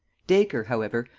dacre, however,